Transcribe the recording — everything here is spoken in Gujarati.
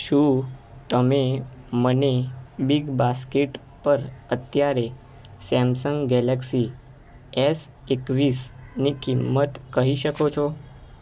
શું તમે મને બિગ બાસ્કેટ પર અત્યારે સેમસંગ ગેલેક્સી એસ એકવીસની કિંમત કહી શકો છો